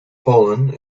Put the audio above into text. polen